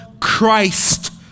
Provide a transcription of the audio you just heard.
Christ